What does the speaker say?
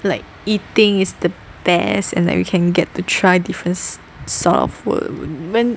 like eating is the best and like we can get to try different sort of food then